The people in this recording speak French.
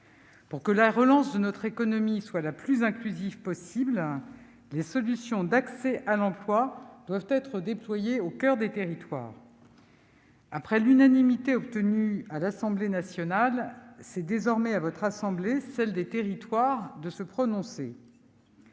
Pour que la relance de notre économie soit la plus inclusive possible, les solutions d'accès à l'emploi doivent être déployées au coeur des territoires. Après l'unanimité obtenue à l'Assemblée nationale, c'est désormais à votre assemblée, celle des territoires, de se prononcer.